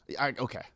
Okay